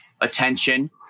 attention